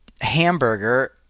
hamburger